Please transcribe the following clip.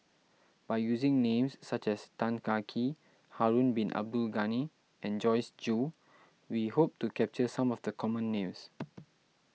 by using names such as Tan Kah Kee Harun Bin Abdul Ghani and Joyce Jue we hope to capture some of the common names